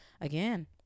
again